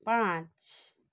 पाँच